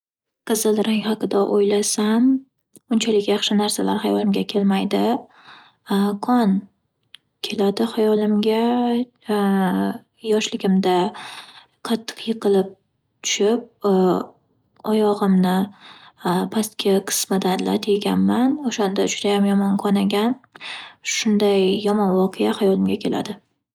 Qizil rang haqida o’ylasam, unchalik yaxshi narsalar hayolimga kelmaydi. Qon keladi hayolimga yoshligimda qattiq yiqilib tushib oyog’imni pasgi qismidan lat yeganman o’shanda judayam yomon qonagan. Shunday yomon voqea hayolimga keladi.